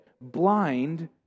blind